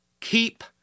keep